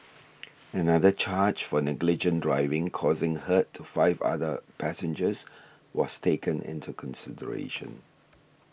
another charge for negligent driving causing hurt to five other passengers was taken into consideration